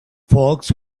folks